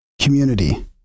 Community